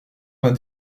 vingt